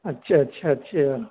اچھا اچھا اچھا